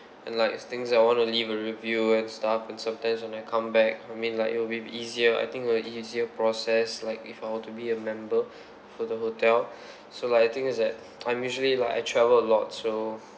and like thing is I want to leave a review and stuff and sometimes when I come back I mean like it will be easier I think it will easier process like if I were to be a member for the hotel so like the thing is that I'm usually like I travel a lot so